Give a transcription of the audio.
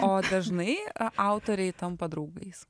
o dažnai a autoriai tampa draugais